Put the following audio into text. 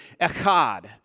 echad